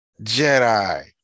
Jedi